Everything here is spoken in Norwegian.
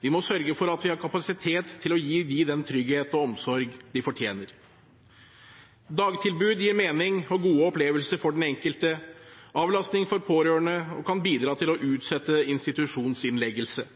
Vi må sørge for at vi har kapasitet til å gi dem den tryggheten og omsorgen de fortjener. Dagtilbud gir mening og gode opplevelser for den enkelte, avlastning for pårørende og kan bidra til å utsette institusjonsinnleggelse.